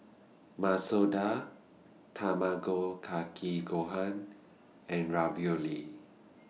Masoor Dal Tamago Kake Gohan and Ravioli